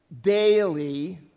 daily